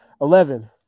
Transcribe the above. Eleven